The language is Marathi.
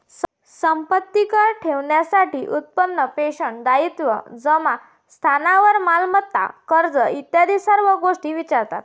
संपत्ती कर ठरवण्यासाठी उत्पन्न, पेन्शन, दायित्व, जंगम स्थावर मालमत्ता, कर्ज इत्यादी सर्व गोष्टी विचारतात